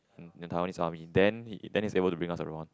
in Taiwanese army then he then he had to bring us around